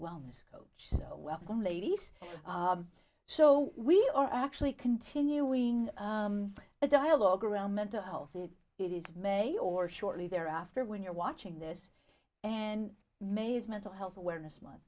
wellness coach so welcome ladies so we are actually continuing the dialogue around mental health that it is may or shortly thereafter when you're watching this and mase mental health awareness month